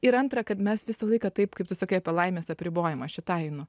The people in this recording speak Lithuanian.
ir antra kad mes visą laiką taip kaip tu sakai apie laimės apribojimą šitai nu